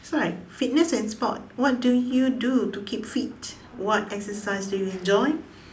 so like fitness and sport what do you do to keep fit what exercise do you enjoy